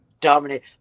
dominate